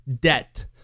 debt